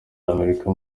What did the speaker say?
y’amerika